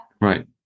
Right